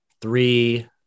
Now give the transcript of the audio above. three